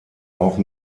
auch